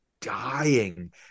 Dying